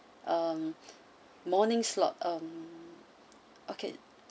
um morning slot um okay